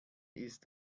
ist